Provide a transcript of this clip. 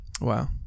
Wow